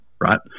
right